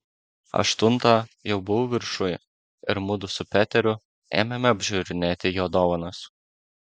aštuntą jau buvau viršuj ir mudu su peteriu ėmėme apžiūrinėti jo dovanas